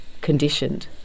conditioned